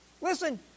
Listen